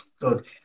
Good